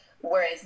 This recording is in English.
Whereas